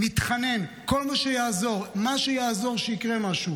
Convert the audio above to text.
מתחנן, כל מה שיעזור, מה שיעזור שיקרה משהו,